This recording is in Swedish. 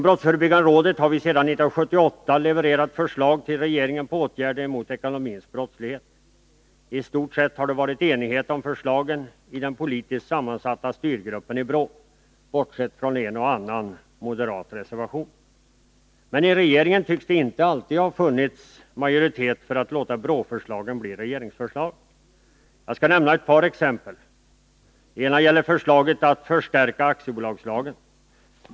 Brottsförebyggande rådet har alltsedan 1978 levererat förslag på åtgärder mot den ekonomiska brottsligheten till regeringen. Bortsett från en och annan moderat reservation har det i stort sett varit enighet om förslagen i den politiskt sammansatta styrgruppen i BRÅ. Men i regeringen tycks det inte alltid ha varit majoritet för att låta BRÅ-förslagen bli regeringsförslag. Jag skall nämna ett par exempel. Det ena gäller förslaget att förstärka aktiebolagslagen.